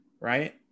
right